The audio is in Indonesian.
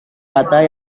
kata